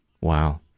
Wow